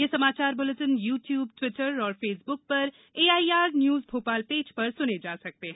ये समाचार bulletin YouTube Twitter और फेसबुक पर एआईआर न्यूज भोपाल पेज पर सुने जा सकते हैं